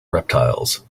reptiles